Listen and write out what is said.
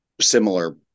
similar